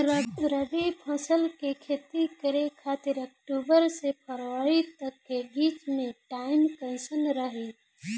रबी फसल के खेती करे खातिर अक्तूबर से फरवरी तक के बीच मे टाइम कैसन रही?